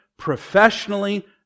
professionally